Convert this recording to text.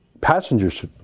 passengers